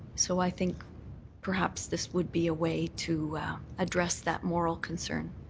so i think perhaps this would be a way to address that moral concern.